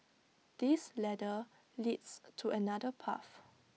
this ladder leads to another path